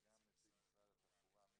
וגם נציג של משרד התחבורה,